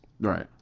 Right